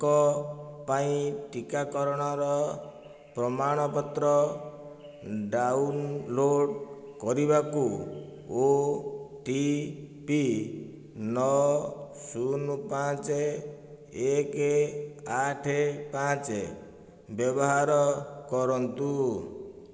ଙ୍କ ପାଇଁ ଟିକାକରଣର ପ୍ରମାଣପତ୍ର ଡ଼ାଉନଲୋଡ଼୍ କରିବାକୁ ଓ ଟି ପି ନଅ ଶୂନ ପାଞ୍ଚ ଏକ ଆଠ ପାଞ୍ଚ ବ୍ୟବହାର କରନ୍ତୁ